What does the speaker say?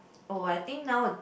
oh I think now